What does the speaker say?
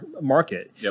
market